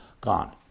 gone